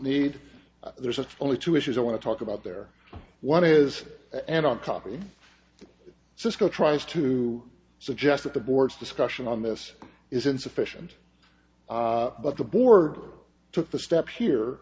need there's a only two issues i want to talk about there one is and on copy cisco tries to suggest that the board's discussion on this is insufficient but the board took the step here